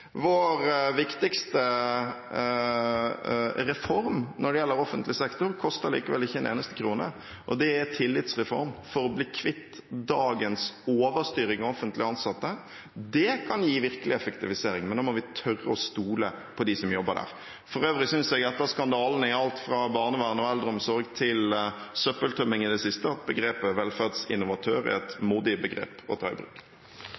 Vår viktigste reform når det gjelder offentlig sektor, koster likevel ikke en eneste krone, og det er en tillitsreform for å bli kvitt dagens overstyring av offentlig ansatte. Det kan gi virkelig effektivisering, men da må vi tørre å stole på dem som jobber der. For øvrig synes jeg – etter skandalen i alt fra barnevern og eldreomsorg til søppeltømming i det siste – at begrepet «velferdsinnovatør» er et modig begrep å ta i bruk.